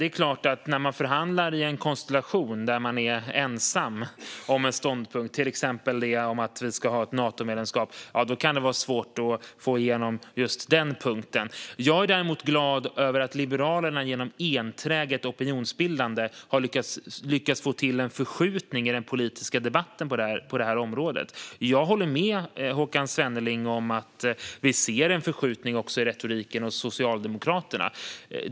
När man förhandlar i en konstellation där man är ensam om en ståndpunkt, till exempel den att vi ska ha ett Natomedlemskap, kan det förstås vara svårt att få igenom just den punkten. Jag är däremot glad över att Liberalerna genom enträget opinionsbildande har lyckats få till en förskjutning i den politiska debatten på det här området. Jag håller med Håkan Svenneling om att vi ser en förskjutning i retoriken också hos Socialdemokraterna.